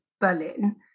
Berlin